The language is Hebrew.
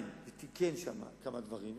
הוא תיקן שם כמה דברים,